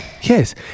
Yes